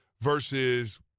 versus